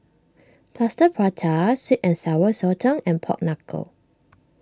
Plaster Prata Sweet and Sour Sotong and Pork Knuckle